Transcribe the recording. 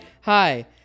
Hi